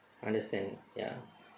understand ya